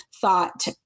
thought